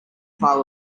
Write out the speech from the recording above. pile